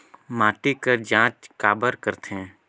माटी कर जांच काबर करथे?